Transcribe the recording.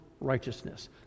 righteousness